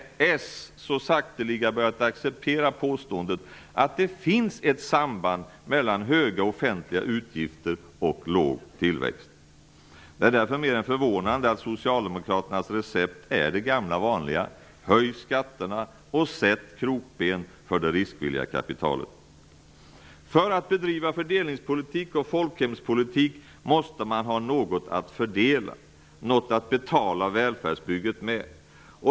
Socialdemokraterna så sakteliga börjat acceptera påståendet att det finns ett samband mellan höga offentliga utgifter och låg tillväxt. Det är därför mer än förvånande att Socialdemokraternas recept är det gamla vanliga: höj skatterna och sätt krokben för det riskvilliga kapitalet. För att bedriva fördelningspolitik och folkhemspolitik måste man ha något att betala välfärdsbygget med.